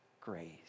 grace